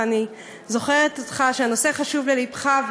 ואני זוכרת שהנושא חשוב ללבך,